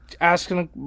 asking